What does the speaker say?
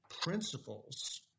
principles